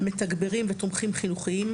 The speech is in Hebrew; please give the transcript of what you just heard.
מתגברים ותומכים חינוכיים,